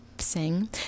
sing